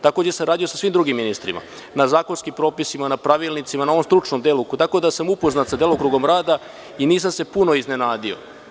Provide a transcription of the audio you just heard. Takođe sam radio i sa svim drugim ministrima na zakonskim propisima, na pravilnicima, na onom stručnom delu, tako da sam upoznat sa delokrugom rada i nisam se puno iznenadio.